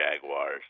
Jaguars